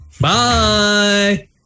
bye